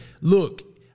look